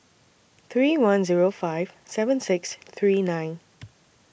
three one Zero five seven six three nine